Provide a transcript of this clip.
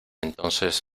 entonces